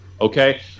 okay